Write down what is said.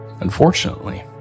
Unfortunately